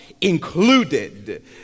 included